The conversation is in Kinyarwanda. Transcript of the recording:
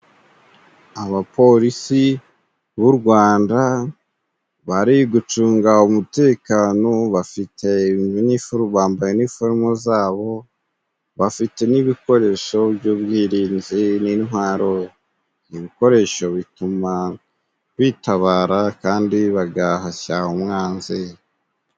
Abaporisi b'u Rwanda bari gucunga umutekano bafite bambaye iniforumu zabo. Bafite n'ibikoresho by'ubwirinzi n'intwaro, ibikoresho bituma bitabara kandi bagahashya umwanzi.